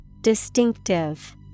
Distinctive